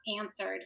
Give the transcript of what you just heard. answered